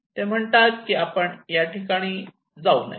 ते म्हणतात की आपण या ठिकाणी जाऊ नये